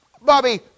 Bobby